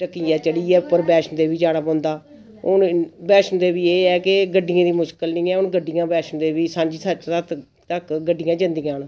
ढक्कियां चढ़ियै उप्पर बैश्णो देवी जाना पौंदा हून बैश्णो देवी एह् ऐ केह् गड्डियें दी मुश्कल नीं ऐ हून बैश्णो देवी गड्डियां साझीं छत्त तक्कर गड्डियां जंदियां न